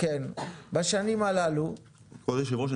כבוד היושב ראש,